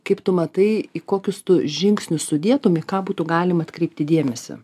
kaip tu matai į kokius tu žingsnius sudėtum į ką būtų galima atkreipti dėmesį